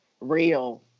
real